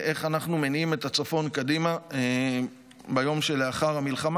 איך אנחנו מניעים את הצפון קדימה ביום שלאחר המלחמה